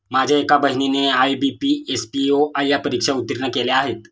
माझ्या एका बहिणीने आय.बी.पी, एस.पी.ओ या परीक्षा उत्तीर्ण केल्या आहेत